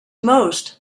most